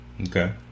Okay